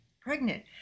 pregnant